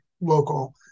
local